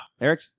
Eric